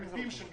כל האנשים